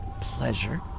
pleasure